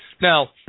Now